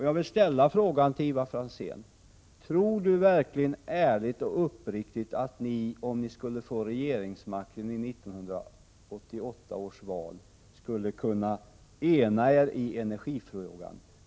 Jag vill ställa en fråga till Ivar Franzén: Tror Ivar Franzén ärligt och uppriktigt att ni, om ni skulle få regeringsmakten i 1988 års val, skall kunna ena er i energipolitikfrågan?